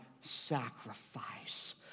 sacrifice